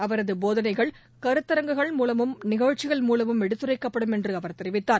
அவரது போதனைகள் கருத்தரங்குகள் மூலமும் மற்ற நிகழ்ச்சிகள் மூலமும் எடுத்துரைக்கப்படும் என்று அவர் தெரிவித்தார்